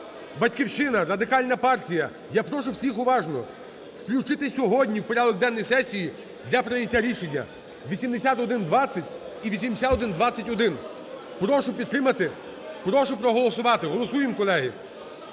"Батьківщина", Радикальна партія! Я прошу всіх уважно, включити сьогодні в порядок денний сесії для прийняття рішення 8120 і 8121. Прошу підтримати. Прошу проголосувати. Голосуємо, колеги.